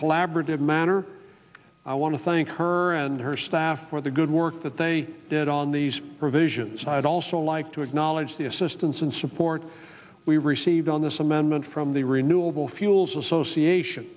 collaborative manner i want to thank her and her staff for the good work that they did on these provisions i'd also like to acknowledge the assistance and support we received on this amendment from the renewable fuels association